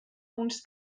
uns